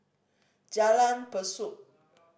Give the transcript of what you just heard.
Jalan Besut